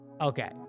okay